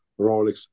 Rolex